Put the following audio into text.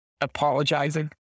apologizing